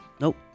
Nope